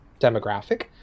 demographic